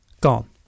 gone